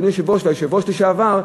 אדוני היושב-ראש והיושב-ראש לשעבר,